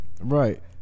Right